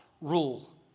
rule